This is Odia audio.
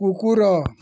କୁକୁର